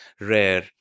rare